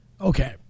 Okay